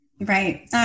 Right